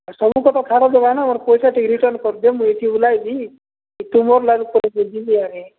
ସବୁତକ ତ ଖରାପ ଦେବା ନା ମୋର ପଇସା ଟିକେ ରିଟର୍ଣ କରିଦିଅ ମୁଁ ଏଇଠି ବୁଲାଇବି କି ତୁମର୍ ଲାଗି ଯିବି